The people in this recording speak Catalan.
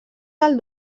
del